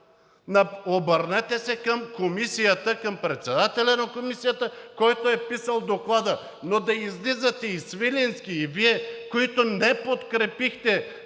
обърнете се към Комисията, към председателя на Комисията, който е писал Доклада. Но да излизате и Свиленски, и Вие, които не подкрепихте